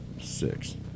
six